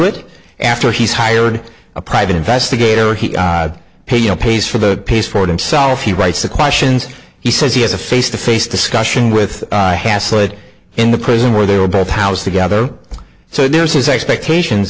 it after he's hired a private investigator or he pay you know pays for the peace for himself he writes the questions he says he has a face to face discussion with haslett in the prison where they were both house together so there's his expectations